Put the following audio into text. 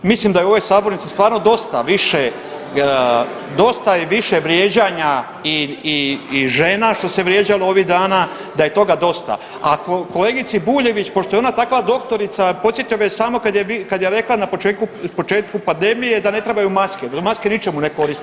Mislim da je u ovoj sabornici stvarno dosta je više vrijeđanja i žena što se vrijeđalo ovih dana da je toga dosta, a kolegici Bujević pošto je ona takva doktorica podsjetio bih je samo kad je rekla na početku pandemije da ne trebaju maske, jer maske ničemu ne koriste.